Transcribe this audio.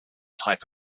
type